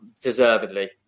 deservedly